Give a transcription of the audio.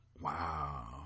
Wow